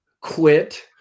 Quit